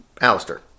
Alistair